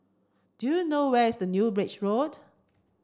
do you know where is the New Bridge Road